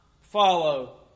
follow